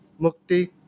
Mukti